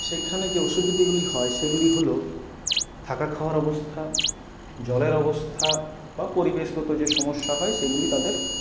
সেখানে যে অসুবিধেগুলি হয় সেগুলি হল থাকা খাওয়ার অবস্থা জলের অবস্থা বা পরিবেশগত যে সমস্যা হয় সেগুলি তাদের